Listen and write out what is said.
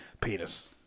Penis